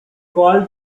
called